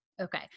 Okay